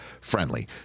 friendly